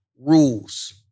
rules